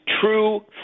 true